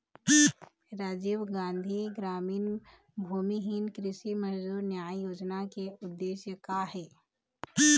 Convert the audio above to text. राजीव गांधी गरामीन भूमिहीन कृषि मजदूर न्याय योजना के उद्देश्य का हे?